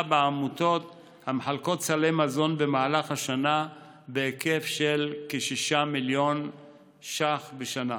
בעמותות המחלקות סלי מזון במהלך השנה בהיקף של כ-6 מיליון שקלים בשנה.